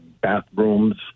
bathrooms